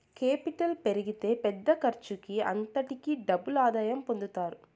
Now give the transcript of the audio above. capital పెరిగితే పెద్ద ఖర్చుకి అంతటికీ డబుల్ ఆదాయం పొందుతారు